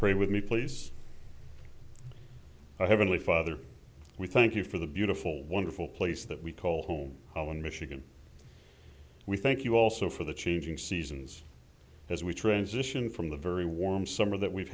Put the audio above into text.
pray with me please i haven't a father we thank you for the beautiful wonderful place that we call home in michigan we thank you also for the changing seasons as we transition from the very warm summer that we've